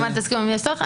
תזכירו לי אם יש צורך.